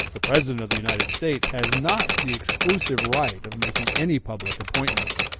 the president of the united states has not the exclusive right of making any public appointments,